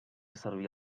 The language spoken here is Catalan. servir